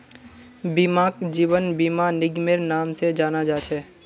बीमाक जीवन बीमा निगमेर नाम से जाना जा छे